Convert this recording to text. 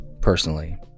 personally